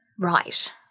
Right